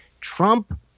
Trump